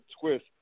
twist